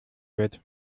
wird